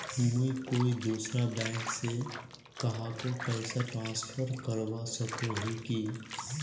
मुई कोई दूसरा बैंक से कहाको पैसा ट्रांसफर करवा सको ही कि?